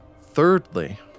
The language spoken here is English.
Thirdly